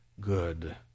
good